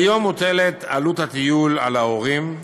כיום, מוטלת עלות הטיול על ההורים,